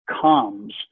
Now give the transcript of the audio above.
comes